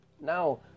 now